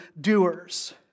doers